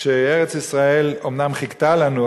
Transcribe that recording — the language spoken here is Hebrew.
שארץ-ישראל אומנם חיכתה לנו,